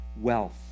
Wealth